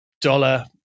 dollar